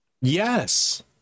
Yes